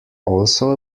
also